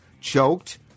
choked